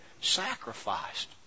sacrificed